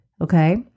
Okay